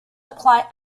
apply